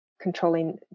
controlling